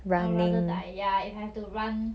I'll rather die ya if I have to run